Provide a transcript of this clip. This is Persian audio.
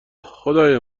خدای